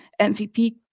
MVP